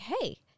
hey